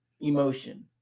emotion